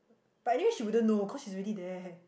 but I think she wouldn't know cause she already there eh